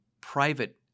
private